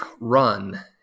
run